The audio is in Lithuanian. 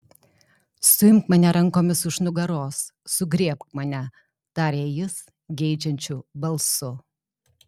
suimk mane rankomis už nugaros sugriebk mane tarė jis geidžiančiu balsu